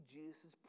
Jesus